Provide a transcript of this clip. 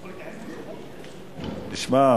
תשמע,